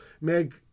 Meg